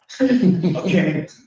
Okay